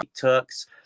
Turks